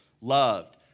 loved